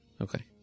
Okay